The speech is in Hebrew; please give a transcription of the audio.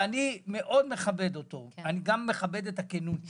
ואני מאוד מכבד אותו וגם מכבד את הכנות שלו.